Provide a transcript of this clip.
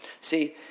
See